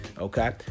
Okay